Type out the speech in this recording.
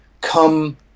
come